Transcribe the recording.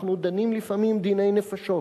אנחנו דנים לפעמים דיני נפשות.